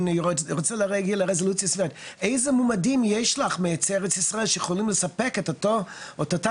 יש לך מעצי ארץ ישראל שיכולים לספק את אותה